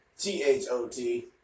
T-H-O-T